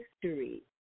history